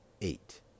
Eight